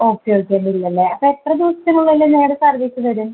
okay okay ഇല്ല അല്ലേ അപ്പം എത്ര ദിവസത്തിനുള്ളിൽ വേറെ സർവീസ് വരും